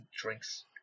drinks